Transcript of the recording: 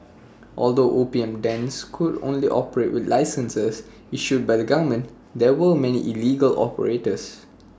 although opium dens could only operate with licenses issued by the government there were many illegal operators